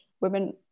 women